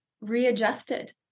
readjusted